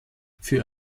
für